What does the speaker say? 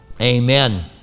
amen